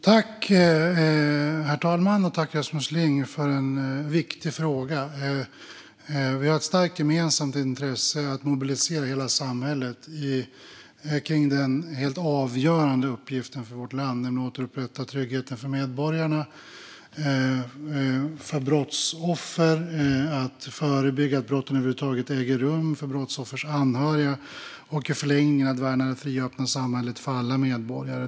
Herr talman! Tack, Rasmus Ling, för en viktig fråga! Vi har ett starkt gemensamt intresse av att mobilisera hela samhället kring den helt avgörande uppgiften för vårt land, nämligen att återupprätta tryggheten för medborgarna, för brottsoffer och för deras anhöriga, att förebygga att brott över huvud taget äger rum och i förlängningen att värna det fria och öppna samhället för alla medborgare.